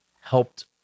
helped